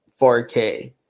4K